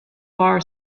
bar